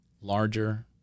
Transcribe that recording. larger